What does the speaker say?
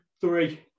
three